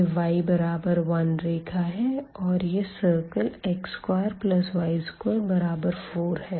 यह y1 रेखा है और यह सर्किल x2y24 है